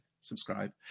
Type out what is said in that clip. subscribe